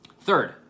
Third